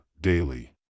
daily